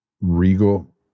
regal